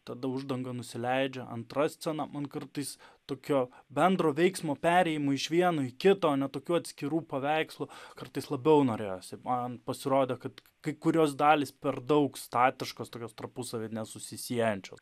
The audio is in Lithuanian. tada uždanga nusileidžia antra scena man kartais tokio bendro veiksmo perėjimo iš vieno į kito ane tokių atskirų paveikslų kartais labiau norėjosi man pasirodė kad kai kurios dalys per daug statiškos tokios tarpusavyje nesusisiejančios